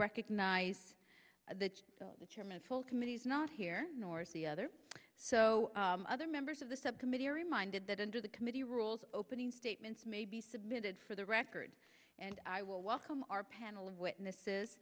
recognize that the chairman full committee is not here nor is the other so other members of the subcommittee are reminded that under the committee rules opening statements may be submitted for the record and i will welcome our panel of witnesses